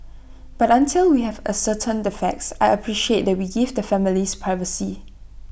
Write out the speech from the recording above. but until we have ascertained the facts I appreciate that we give the families privacy